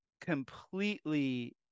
completely